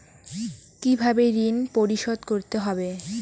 কিভাবে ঋণ পরিশোধ করতে হবে?